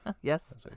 Yes